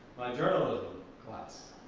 journalism class.